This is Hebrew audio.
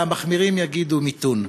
והמחירים יגידו מיתון.